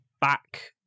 back